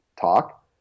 Talk